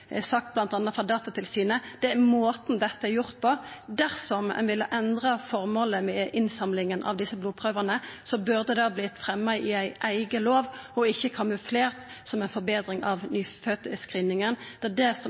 sagt bl.a. av Datatilsynet – det er måten dette vert gjort på. Dersom ein ville endra formålet med innsamlinga av desse blodprøvene, burde det ha vorte fremja i ei eiga lov og ikkje kamuflert som ei forbetring av nyfødtscreeninga. Det er det som